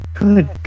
Good